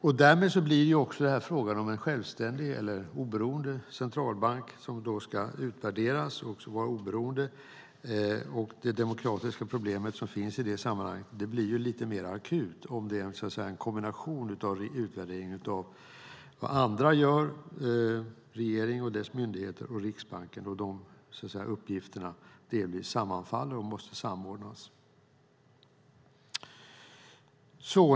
Det demokratiska problemet blir mer akut om en självständig eller oberoende centralbank ska utvärderas om det är en kombination av vad andra gör - regeringen och dess myndigheter och Riksbanken - och uppgifterna delvis sammanfaller och måste samordnas.